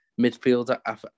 Midfielder